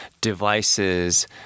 devices